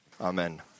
Amen